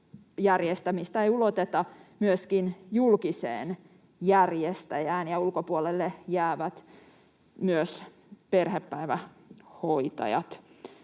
järjestämistä ei uloteta myöskin julkiseen järjestäjään, ja ulkopuolelle jäävät myös perhepäivähoitajat.